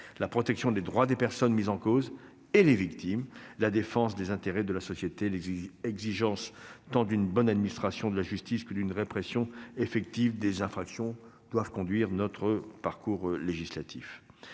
la protection des droits des personnes mises en cause et des victimes, la défense des intérêts de la société et les exigences tant d'une bonne administration de la justice que d'une répression effective des infractions. Voilà ce qui doit conduire notre parcours législatif.